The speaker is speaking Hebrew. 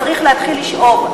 צריך להתחיל לשאוב.